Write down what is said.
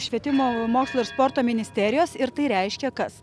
švietimo mokslo ir sporto ministerijos ir tai reiškia kas